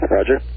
Roger